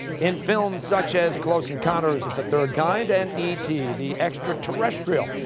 in films such as close encounters of the third kind and e t. the extra-terrestrial,